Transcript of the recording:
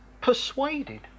persuaded